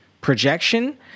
projection